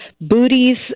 booties